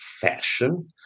fashion